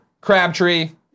Crabtree